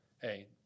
hey